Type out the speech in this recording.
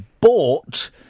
bought